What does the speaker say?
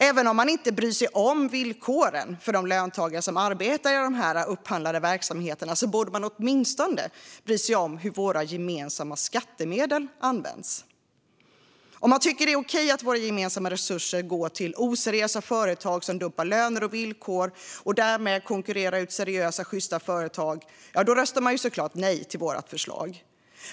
Även om man inte bryr sig om villkoren för de löntagare som arbetar i de upphandlade verksamheterna borde man åtminstone bry sig om hur våra gemensamma skattemedel används. Om man tycker att det är okej att våra gemensamma resurser går till oseriösa företag som dumpar löner och villkor och därmed konkurrerar ut seriösa, sjysta företag röstar man såklart nej till vårt förslag.